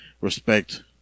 respect